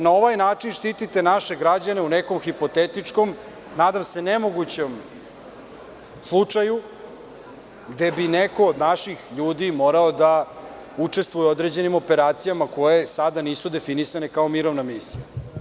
Na ovaj način štitite naše građane u nekom hipotetičkom, nadam se nemogućem slučaju, gde bi neko od naših ljudi morao da učestvuje u određenim operacijama koje sada nisu definisane kao mirovna misija.